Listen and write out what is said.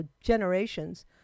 generations